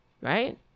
right